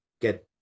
get